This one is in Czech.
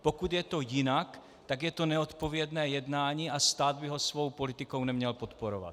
Pokud je to jinak, tak je to neodpovědné jednání a stát by ho svou politikou neměl podporovat.